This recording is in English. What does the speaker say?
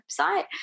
website